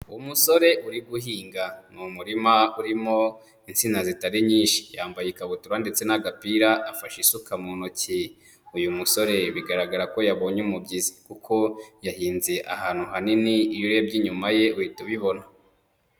Umusore uri guhinga, ni umurima urimo insina zitari nyinshi, yambaye ikabutura ndetse n'agapira afashe isuka mu ntoki, uyu musore bigaragara ko yabonye umubyizi kuko yahinze ahantu hanini, iyo urebye inyuma ye uhita ubibona.